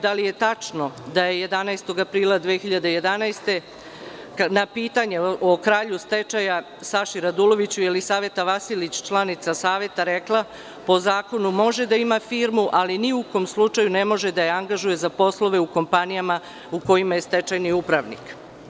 Da lije tačno da je 11. aprila 2011. godine na pitanje o kralju stečaja Saši Raduloviću, Jelisaveta Vasilić, članica Saveta, rekla – po zakonu može da ima firmu, ali ni u kom slučaju ne može da je angažuje za poslove u kompanijama u kojima je stečajni upravnik?